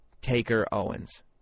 Taker-Owens